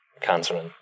cancer